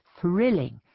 thrilling